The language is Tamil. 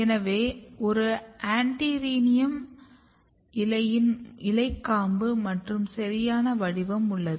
எனவே ஒரு ஆன்டிரிரினம் இலையில் இலைக்காம்பு மற்றும் சரியான வடிவம் உள்ளது